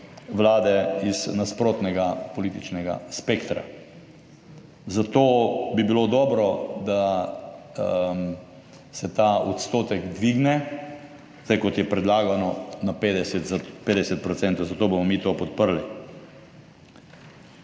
vlade iz nasprotnega političnega spektra, zato bi bilo dobro, da se ta odstotek dvigne, zdaj kot je predlagano, na 50, za 50 %, zato bomo mi to podprli.